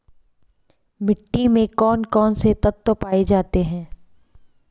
मिट्टी में कौन कौन से तत्व पाए जाते हैं?